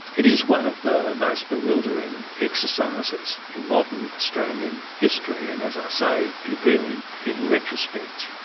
it is one of the most bewildering exercises in modern australian history and, as i say, did really, in retrospect,